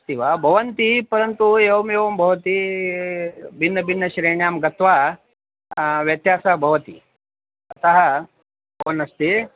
अस्ति वा भवन्ति परन्तु एवम् एवं भवति भिन्नभिन्नश्रेण्यां गत्वा व्यत्यासः भवति अतः बन् अस्ति